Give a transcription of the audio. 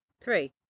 Three